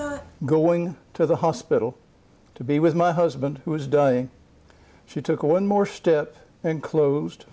thought going to the hospital to be with my husband who was dying she took one more step and closed